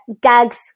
Gags